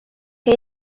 que